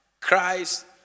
Christ